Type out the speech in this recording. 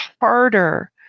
harder